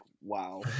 wow